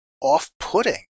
off-putting